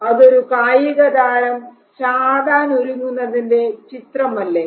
അതൊരു കായികതാരം ചാടാൻ ഒരുങ്ങുന്നതിന്റെ ചിത്രം അല്ലേ